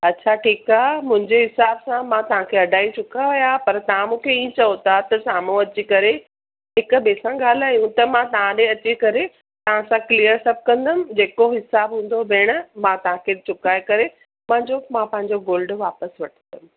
अच्छा ठीकु आहे मुंहिंजे हिसाब सां मां तव्हां खे अढाई चुकाया हुया पर तव्हां मूंखे हीअं चयो था त साम्हूं अची करे हिक ॿिए सां ॻाल्हायूं त मां तव्हां ॾे अची करे तव्हां सां क्लिअर सभु कंदमि जेको हिसाब हूंदो भेण मां तव्हां खे चुकाए करे मुंहिंजो मां पंहिंजो गोल्ड वापसि वठंदमि